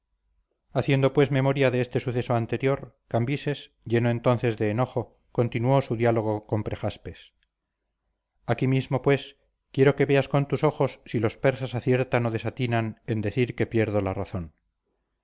haciendo pues memoria de este suceso anterior cambises lleno entonces de enojo continuó su diálogo con prejaspes aquí mismo pues quiero que veas con tus ojos si los persas aciertan o desatinan en decir que pierdo la razón